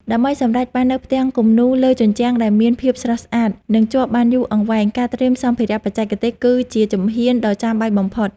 ដើម្បីសម្រេចបាននូវផ្ទាំងគំនូរលើជញ្ជាំងដែលមានភាពស្រស់ស្អាត និងជាប់បានយូរអង្វែង ការត្រៀមសម្ភារៈបច្ចេកទេសគឺជាជំហានដ៏ចាំបាច់បំផុត។